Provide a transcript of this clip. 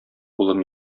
улым